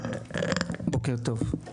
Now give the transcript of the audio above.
בוקר טוב,